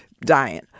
dying